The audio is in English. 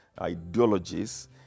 ideologies